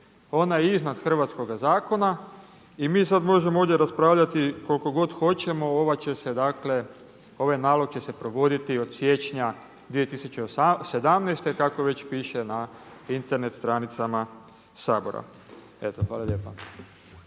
ona je iznad hrvatskog zakona i mi sad možemo ovdje raspravljati koliko god hoćemo ovaj nalog će se dakle provoditi od siječnja 2017. kako već piše na Internet stranicama Sabora. Eto, hvala lijepa.